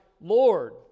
Lord